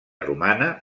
romana